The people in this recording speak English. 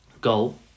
goal